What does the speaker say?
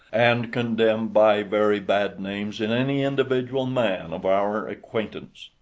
and condemn by very bad names in any individual man of our acquaintance.